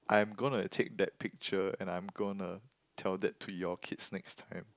I'm gonna take that picture and I'm gonna tell that to your kids next time